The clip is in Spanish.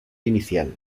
inicial